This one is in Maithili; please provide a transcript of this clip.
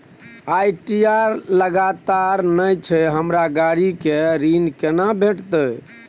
आई.टी.आर लगातार नय छै हमरा गाड़ी के ऋण केना भेटतै?